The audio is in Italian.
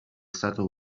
stato